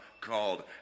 called